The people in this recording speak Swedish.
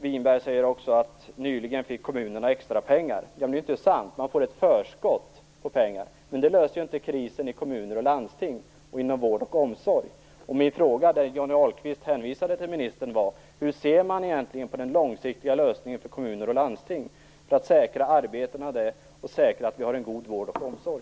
Winberg säger också att kommunerna nyligen fick extrapengar. Det är inte sant. Man får ett förskott på pengarna, men det löser inte krisen i kommuner och landsting och inom vård och omsorg. Min fråga, som Johnny Ahlqvist hänvisade till ministern, lyder: Hur ser man egentligen på den långsiktiga lösningen för kommuner och landsting? Hur skall man kunna säkra arbetena där och säkra en god vård och omsorg?